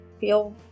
feel